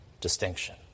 distinction